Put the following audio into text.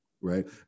right